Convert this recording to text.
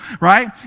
right